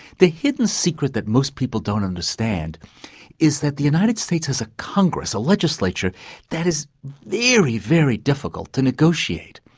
the hidden secret that most people don't understand is that the united states is a congress, a legislature that is very, very difficult to negotiate.